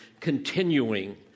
continuing